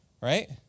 right